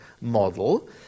model